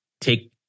take